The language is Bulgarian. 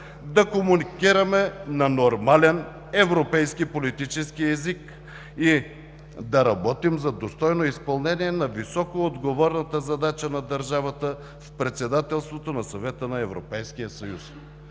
да комуникираме на нормален, европейски политически език и да работим за достойно изпълнение на високоотговорната задача на държавата в председателството на Съвета на Европейския съюз,